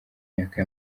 myaka